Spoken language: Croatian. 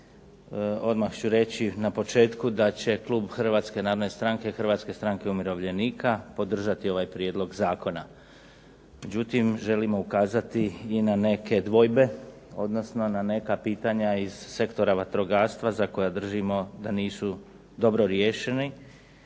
Odmah ću reći na početku da će Klub Hrvatske narodne stranke i Hrvatske stranke umirovljenika podržati ovaj Prijedlog zakona. Međutim, želimo ukazati na neke dvojbe odnosno na neka pitanja iz sektora vatrogastva za koja držimo da nisu dobro riješeni